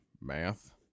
math